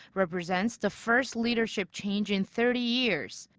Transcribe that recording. represents the first leadership change in thirty years.